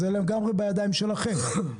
זה לגמרי בידיים שלכם.